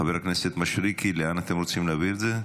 חבר הכנסת מישרקי, לאן אתם רוצים להעביר את זה?